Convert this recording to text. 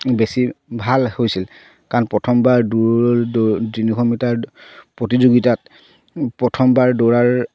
বেছি ভাল হৈছিল কাৰণ প্ৰথমবাৰ দৌৰ তিনিশ মিটাৰ প্ৰতিযোগিতাত প্ৰথমবাৰ দৌৰাৰ